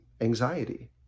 anxiety